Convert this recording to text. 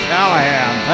Callahan